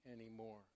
anymore